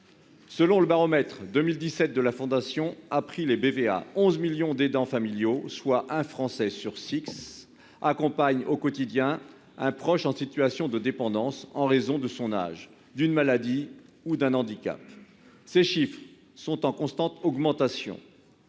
Selon le baromètre 2017 de la fondation April, en partenariat avec BVA, 11 millions d'aidants familiaux, soit un Français sur six, accompagnent au quotidien un proche en situation de dépendance en raison de son âge, d'une maladie ou d'un handicap. Ces chiffres sont en constante augmentation.